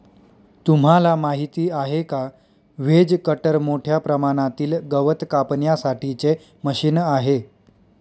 तुम्हाला माहिती आहे का? व्हेज कटर मोठ्या प्रमाणातील गवत कापण्यासाठी चे मशीन आहे